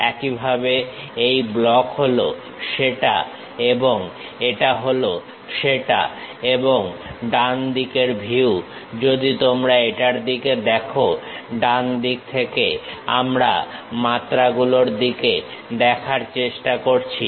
একইভাবে এই ব্লক হলো সেটা এবং এটা হল সেটা এবং ডানদিকের ভিউ যদি তোমরা এটার দিকে দেখো ডানদিক থেকে আমরা মাত্রা গুলোর দিকে দেখার চেষ্টা করছি